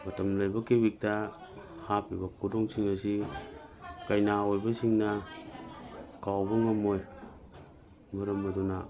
ꯃꯇꯝ ꯂꯩꯕ ꯈꯤꯕꯤꯛꯇ ꯍꯥꯞꯂꯤꯕ ꯈꯨꯗꯣꯟꯁꯤꯡ ꯑꯁꯤ ꯀꯩꯅꯥ ꯑꯣꯏꯕꯁꯤꯡꯅ ꯀꯥꯎꯕ ꯉꯝꯃꯣꯏ ꯃꯔꯝ ꯑꯗꯨꯅ